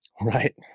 Right